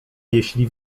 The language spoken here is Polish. jeśli